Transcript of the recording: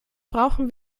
brauchen